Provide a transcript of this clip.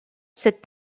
cette